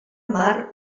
mar